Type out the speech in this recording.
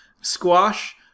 squash